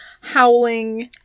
howling